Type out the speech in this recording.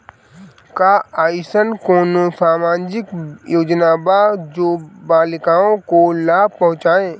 का अइसन कोनो सामाजिक योजना बा जोन बालिकाओं को लाभ पहुँचाए?